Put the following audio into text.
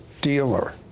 dealer